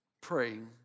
praying